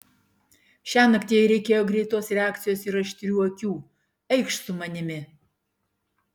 šiąnakt jai reikėjo greitos reakcijos ir aštrių akių eikš su manimi